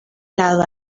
lado